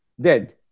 dead